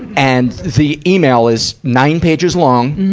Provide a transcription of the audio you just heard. and the email is nine pages long,